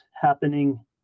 happening